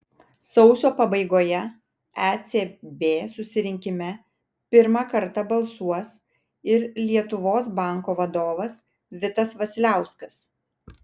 sausio pabaigoje ecb susirinkime pirmą kartą balsuos ir lietuvos banko vadovas vitas vasiliauskas